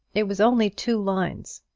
it was only two lines.